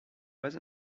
was